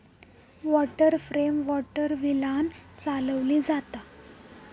water frame water व्हीलांन चालवली जाता